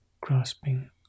grasping